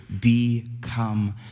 become